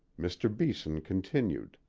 mr. beeson continued